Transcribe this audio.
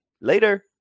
Later